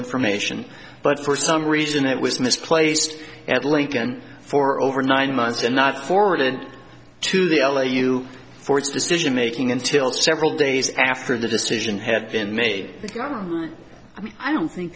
information but for some reason it was misplaced at lincoln for over nine months and not forwarded to the l a u for its decision making until several days after the decision had been made i mean i don't think